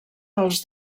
dels